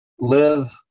live